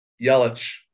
Yelich